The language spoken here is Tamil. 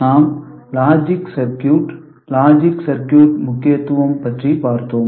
நாம் லாஜிக் சர்க்யூட் லாஜிக் சர்க்யூட் முக்கியத்துவம் பற்றி பார்த்தோம்